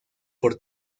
por